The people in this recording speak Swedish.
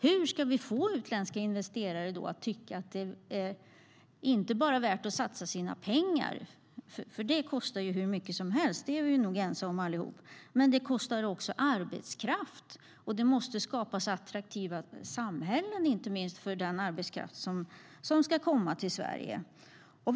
Hur ska vi få utländska investerare att tycka att det inte bara är värt att satsa sina pengar, för vi är nog ense allihop om att det kostar hur mycket som helst, utan också att satsa på arbetskraften? Det måste skapas attraktiva samhällen för den arbetskraft som ska komma till Sverige.